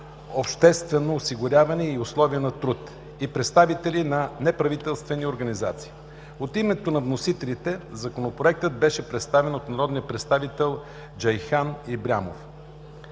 обществено осигуряване и условия на труд”; и представители на неправителствени организации. От името на вносителите, Законопроектът беше представен от народния представител Джейхан Ибрямов.